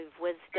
wisdom